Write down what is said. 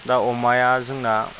दा अमाया जोंना